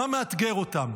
מה מאתגר אותם?